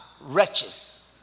wretches